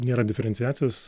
nėra diferenciacijos